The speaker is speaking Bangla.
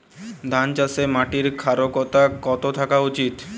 ধান চাষে মাটির ক্ষারকতা কত থাকা উচিৎ?